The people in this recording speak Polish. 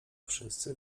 wszyscy